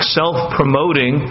self-promoting